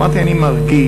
אמרתי: אני מרגיש,